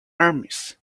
armies